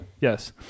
yes